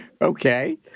Okay